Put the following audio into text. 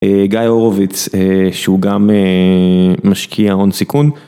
גיא הורוביץ שהוא גם משקיע הון סיכון.